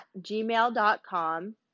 gmail.com